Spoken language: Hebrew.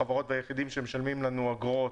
לחברות ויחידים שמשלמים לנו אגרות,